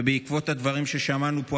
ובעקבות הדברים ששמענו פה,